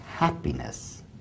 happiness